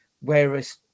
whereas